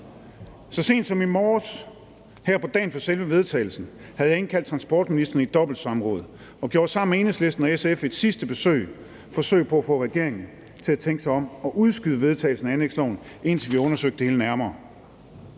Så sent som i morges, her på dagen for selve vedtagelsen, havde jeg indkaldt transportministeren i dobbelt samråd og gjorde sammen med Enhedslisten og SF et sidste forsøg på at få regeringen til at tænke sig om og udskyde vedtagelse af anlægsloven, indtil vi har undersøgt det hele nærmere.